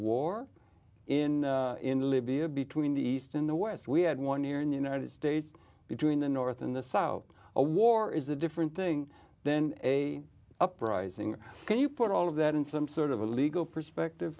war in libya between the east and the west we had one here in the united states between the north and the south a war is a different thing then a uprising can you put all of that in some sort of a legal perspective